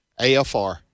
AFR